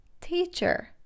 teacher